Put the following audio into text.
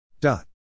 Dot